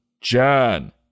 John